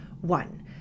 one